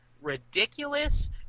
ridiculous